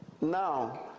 now